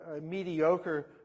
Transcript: mediocre